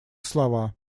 слова